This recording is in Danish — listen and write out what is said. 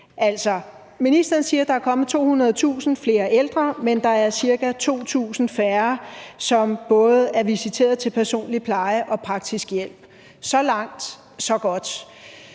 ministeren siger, at der er kommet 200.000 flere ældre, men der er ca. 2.000 færre, som er visiteret til både personlig pleje og praktisk hjælp – så langt, så godt.